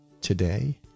today